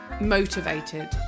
motivated